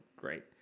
great